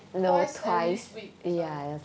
eh twice every week sorry